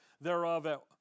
thereof